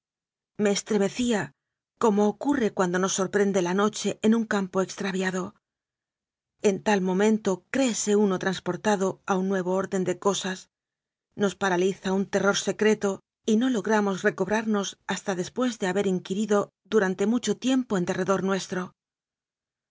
me estremecía como ocurre cuando nos sor prende la noche en un campo extraviado en tal momento créese uno transportado a un nuevo or den de cosas nos paraliza un terror secreto y no logramos recobrarnos hasta después de haber in quirido durante mucho tiempo en derredor nuestro